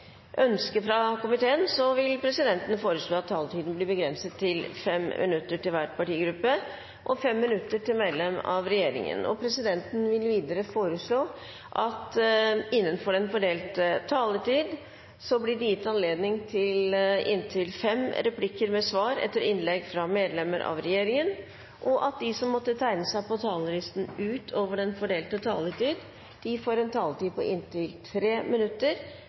ønske fra helse- og omsorgskomiteen vil presidenten foreslå at taletiden blir begrenset til 5 minutter til hver partigruppe og 5 minutter til medlem av regjeringen. Videre vil presidenten foreslå at det blir gitt anledning til fem replikker med svar etter innlegg fra medlemmer av regjeringen innenfor den fordelte taletid, og at de som måtte tegne seg på talerlisten utover den fordelte taletid, får en taletid på inntil 3 minutter.